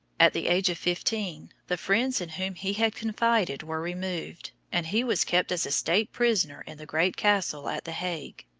at the age of fifteen the friends in whom he had confided were removed, and he was kept as a state prisoner in the great castle at the hague.